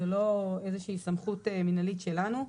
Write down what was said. זה לא איזושהי סמכות מנהלית שלנו.